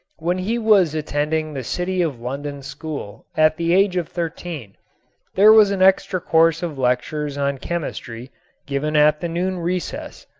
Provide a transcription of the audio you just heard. when he was attending the city of london school at the age of thirteen there was an extra course of lectures on chemistry given at the noon recess,